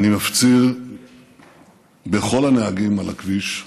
אני מפציר בכל הנהגים על הכביש: